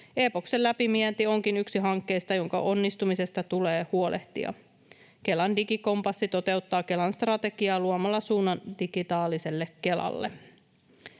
Eepoksen läpivienti onkin yksi hankkeista, joiden onnistumisesta tulee huolehtia. Kelan digikompassi toteuttaa Kelan strategiaa luomalla suunnan digitaaliselle Kelalle.